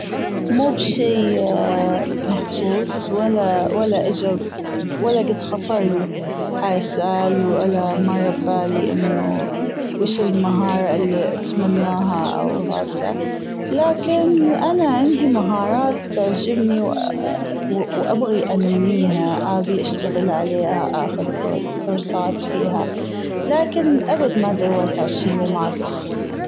مو بشي مخصوص ولا ولا أجى ولا جيت خطرلي ها السؤال ولا مر ببالي أنه وش المهارة اللي أتمناها أو هكذا لكن أنا عندي مهارات تعجبني وأبغي أنميها أبي أشتغل عليها أخذ كو- كورسات فيها لكن أبد ما دورت على الشي اللي ناقص.